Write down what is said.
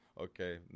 Okay